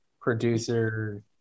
producer